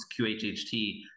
QHHT